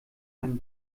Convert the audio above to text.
einem